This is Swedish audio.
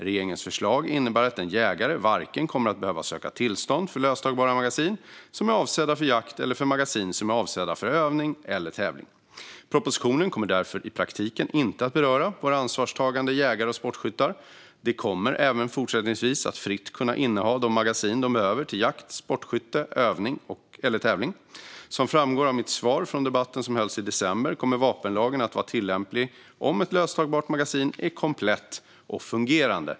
Regeringens förslag innebär att en jägare inte kommer att behöva söka tillstånd för vare sig löstagbara magasin som är avsedda för jakt eller magasin som är avsedda för övning eller tävling. Propositionen kommer därför i praktiken inte att beröra våra ansvarstagande jägare och sportskyttar. De kommer även fortsättningsvis att fritt kunna inneha de magasin de behöver till jakt, sportskytte, övning eller tävling. Som framgår av mitt svar från debatten som hölls i december kommer vapenlagen att vara tillämplig om ett löstagbart magasin är komplett och fungerande.